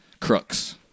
crooks